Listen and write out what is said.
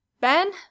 ben